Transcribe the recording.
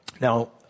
Now